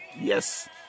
Yes